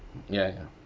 ya ya